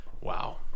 Wow